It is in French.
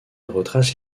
retrace